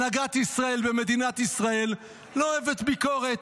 הנהגת ישראל במדינת ישראל לא אוהבת ביקורת,